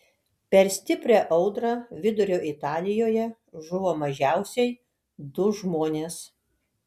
per stiprią audrą vidurio italijoje žuvo mažiausiai du žmonės